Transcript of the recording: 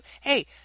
Hey